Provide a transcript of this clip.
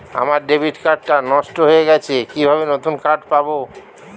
আমার debit card টা নষ্ট হয়ে গেছে কিভাবে নতুন কার্ড পাব?